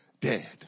dead